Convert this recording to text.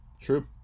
true